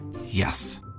Yes